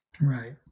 Right